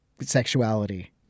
sexuality